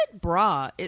bra